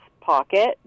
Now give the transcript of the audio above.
pocket